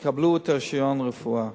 יקבלו רשיון רפואה.